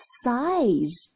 size